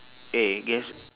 eh guess